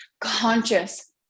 conscious